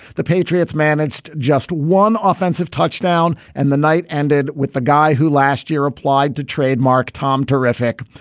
the patriots managed just one offensive touchdown and the night ended with the guy who last year applied to trademark tom. terrific.